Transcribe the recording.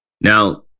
Now